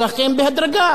באופן אטי.